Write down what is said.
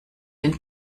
den